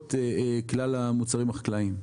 מקורות כלל המוצרים החקלאיים.